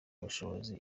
ubushobozi